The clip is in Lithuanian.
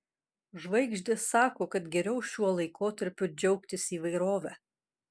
žvaigždės sako kad geriau šiuo laikotarpiu džiaugtis įvairove